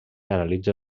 analitza